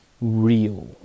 real